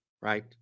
right